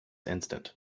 instant